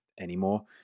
anymore